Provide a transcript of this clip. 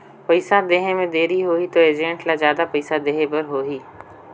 पइसा देहे मे देरी होही तो एजेंट ला जादा पइसा देही बर होही का?